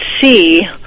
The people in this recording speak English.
see